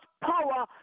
power